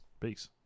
Peace